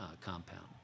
compound